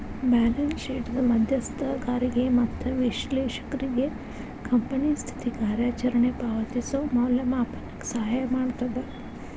balance ಶೇಟ್ದ್ ಮಧ್ಯಸ್ಥಗಾರಿಗೆ ಮತ್ತ ವಿಶ್ಲೇಷಕ್ರಿಗೆ ಕಂಪನಿ ಸ್ಥಿತಿ ಕಾರ್ಯಚರಣೆ ಪಾವತಿಸೋ ಮೌಲ್ಯಮಾಪನಕ್ಕ ಸಹಾಯ ಮಾಡ್ತದ